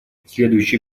следующий